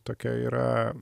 tokia yra